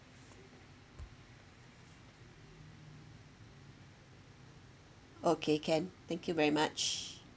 okay can thank you very much